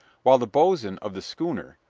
while the boatswain of the schooner,